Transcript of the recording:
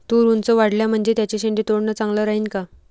तुरी ऊंच वाढल्या म्हनजे त्याचे शेंडे तोडनं चांगलं राहीन का?